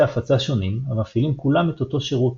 הפצה שונים המפעילים כולם את אותו שירות.